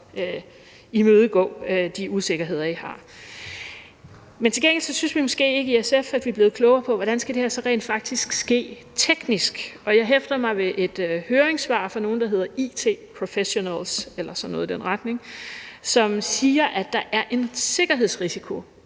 imødegå de usikkerheder, de har. Til gengæld synes vi måske ikke i SF, at vi er blevet klogere på, hvordan det her så rent faktisk skal ske teknisk. Jeg hæfter mig ved et høringssvar fra nogle, der hedder IT Professionals eller sådan noget i den retning, som siger, at der er en sikkerhedsrisiko,